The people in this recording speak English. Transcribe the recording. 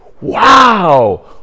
Wow